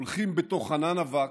הולכים בתוך ענן אבק,